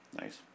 Nice